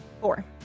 Four